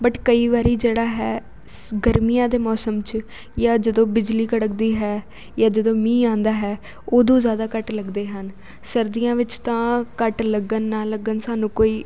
but ਕਈ ਵਾਰੀ ਜਿਹੜਾ ਹੈ ਸ ਗਰਮੀਆਂ ਦੇ ਮੌਸਮ 'ਚ ਜਾਂ ਜਦੋਂ ਬਿਜਲੀ ਕੜਕਦੀ ਹੈ ਜਾਂ ਜਦੋਂ ਮੀਂਹ ਆਉਂਦਾ ਹੈ ਓਦੋਂ ਜ਼ਿਆਦਾ ਕੱਟ ਲੱਗਦੇ ਹਨ ਸਰਦੀਆਂ ਵਿੱਚ ਤਾਂ ਕੱਟ ਲੱਗਣ ਨਾ ਲੱਗਣ ਸਾਨੂੰ ਕੋਈ